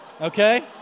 Okay